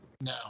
No